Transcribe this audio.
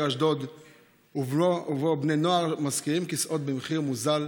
אשדוד ובו בני נוער משכירים כיסאות במחיר מוזל,